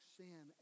sin